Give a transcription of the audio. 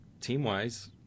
team-wise